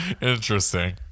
Interesting